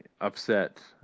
upset